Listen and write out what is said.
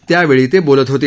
त्यावेळी ते बोलत होते